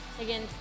again